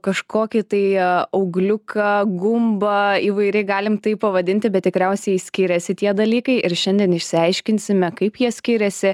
kažkokį tai augliuką gumbą įvairiai galim tai pavadinti bet tikriausiai skiriasi tie dalykai ir šiandien išsiaiškinsime kaip jie skiriasi